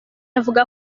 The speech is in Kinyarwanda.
avuga